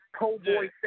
cowboy